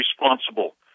responsible